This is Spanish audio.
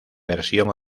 versión